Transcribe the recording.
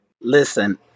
Listen